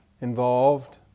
involved